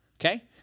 Okay